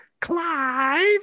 Clive